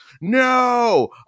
no